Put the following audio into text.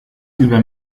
über